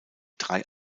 drei